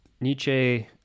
Nietzsche